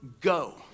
go